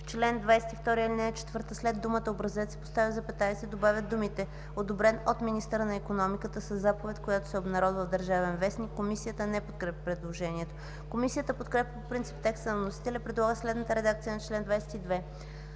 „В чл. 22, ал. 4 след думата „образец” се поставя запетая и се добавят думите: „одобрен от министъра на икономиката със заповед, която се обнародва в „Държавен вестник”.” Комисията не подкрепя предложението. Комисията подкрепя по принцип текста на вносителя и предлага следната редакция на чл. 22: